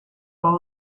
all